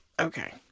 Okay